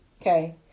Okay